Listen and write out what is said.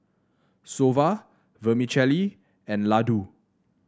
Soba Vermicelli and Ladoo